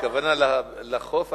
הכוונה לחוף,